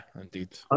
indeed